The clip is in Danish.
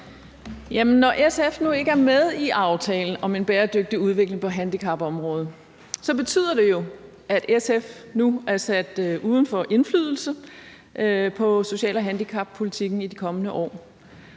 når SF nu ikke er med i aftalen om en bæredygtig udvikling på handicapområdet, så betyder det jo, at SF nu er sat uden for indflydelse i social- og handicappolitikken i de kommende år.